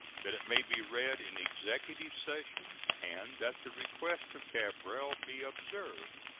that it may be read in executive session and that the request of cabral be observed,